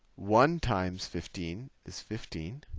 one times fifteen is fifteen.